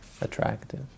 attractive